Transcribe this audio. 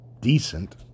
decent